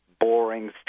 boring